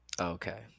okay